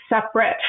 separate